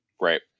Right